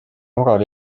mugav